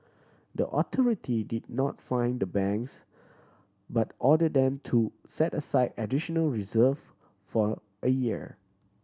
the authority did not fine the banks but order them to set aside additional reserve for a year